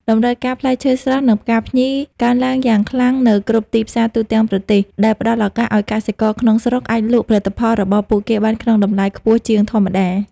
តម្រូវការផ្លែឈើស្រស់ និងផ្កាភ្ញីកើនឡើងយ៉ាងខ្លាំងនៅគ្រប់ទីផ្សារទូទាំងប្រទេស ដែលផ្តល់ឱកាសឱ្យកសិករក្នុងស្រុកអាចលក់ផលិតផលរបស់ពួកគេបានក្នុងតម្លៃខ្ពស់ជាងធម្មតា។